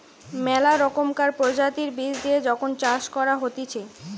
মেলা রকমকার প্রজাতির বীজ দিয়ে যখন চাষ করা হতিছে